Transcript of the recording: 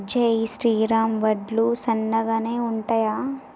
జై శ్రీరామ్ వడ్లు సన్నగనె ఉంటయా?